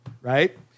right